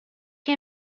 che